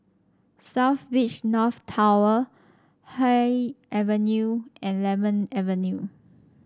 South Beach North Tower Haig Avenue and Lemon Avenue